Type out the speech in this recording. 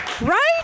Right